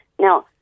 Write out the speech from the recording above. Now